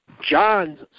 John's